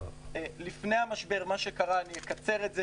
לפני המשבר, מה שקרה אני אקצר את זה